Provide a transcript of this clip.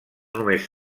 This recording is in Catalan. només